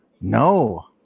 No